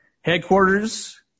headquarters